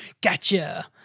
gotcha